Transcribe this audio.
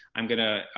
i'm gonna